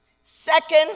Second